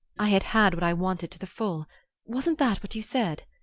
i had had what i wanted to the full wasn't that what you said?